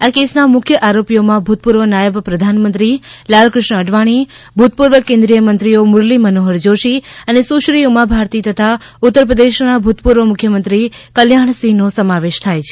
આ કેસના મુખ્ય આરોપીઓમાં ભૂતપૂર્વ નાયબ પ્રધાનમંત્રી લાલકૃષ્ણ અડવાણી ભૂતપૂર્વ કેન્દ્રીય મંત્રીઓ મુરલી મનોહર જોષી અને સુશ્રી ઉમા ભારતી તથા ઉત્તર પ્રદેશના ભૂતપૂર્વ મુખ્યમંત્રી કલ્યાણસિંહનો સમાવેશ થાય છે